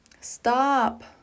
stop